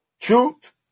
Truth